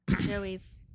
Joey's